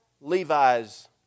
Levi's